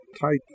tight